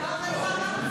חבריי חברי הכנסת,